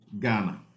Ghana